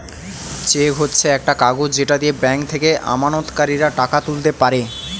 check হচ্ছে একটা কাগজ যেটা দিয়ে ব্যাংক থেকে আমানতকারীরা টাকা তুলতে পারে